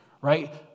right